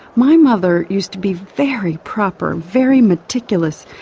my mother used to be very proper, very meticulous,